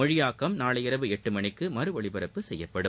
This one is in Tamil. மொழியாக்கம் நாளை இரவு எட்டு மணிக்கும் மறுஒலிபரப்பு செய்யப்படும்